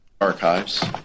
Archives